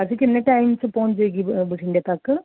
ਅਸੀਂ ਕਿੰਨੇ ਟਾਈਮ 'ਚ ਪਹੁੰਚ ਜਾਏਗੀ ਬਠਿੰਡੇ ਤੱਕ